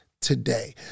today